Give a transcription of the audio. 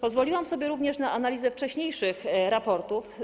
Pozwoliłam sobie również na analizę wcześniejszych raportów.